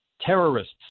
terrorists